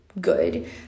good